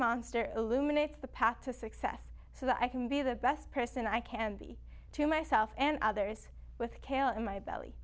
monster illuminates the path to success so that i can be the best person i can be to myself and others with scale in my belly